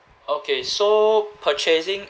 okay so purchasing